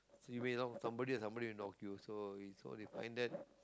so you know somebody somebody will knock you so so we find that